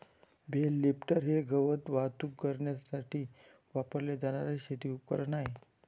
bell lifter हे गवत वाहतूक करण्यासाठी वापरले जाणारे शेती उपकरण आहे